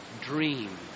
dream